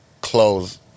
close